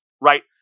right